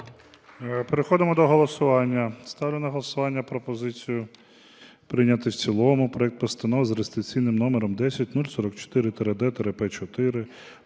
Переходимо до голосування. Ставлю на голосування пропозицію прийняти в цілому проект Постанови за реєстраційним номером 10044-д-П4: